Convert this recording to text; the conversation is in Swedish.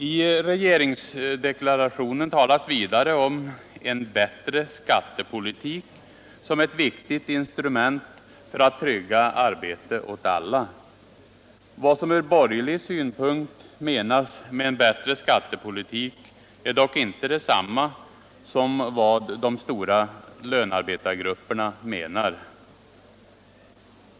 F regeringsdeklarationen talas vidare om ”en bättre skattepoliuk” som ett viktigt instrument för att trygga arbete åt alla. Vad som ur borgerlig synpunkt menas med en bättre skattepoliuk är dock inte detsamma som vad de stora lönarbetargrupperna menar.